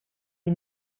die